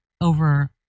Over